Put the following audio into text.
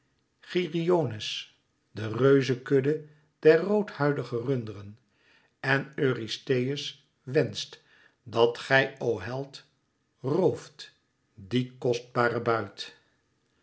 geryones de reuzekudde der roodhuidige runderen en eurystheus wenscht dat gij o held rooft dien kostbaren buit